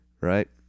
Right